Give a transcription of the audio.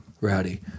Rowdy